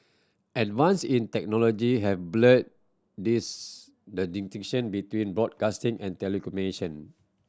advance in technology have blurred this the distinction between broadcasting and telecommunication